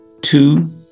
two